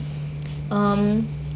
um